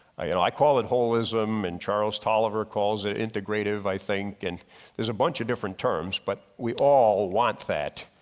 i and i call it holism and charles tolliver calls it integrative i think. and there's a bunch of different terms but we all want that,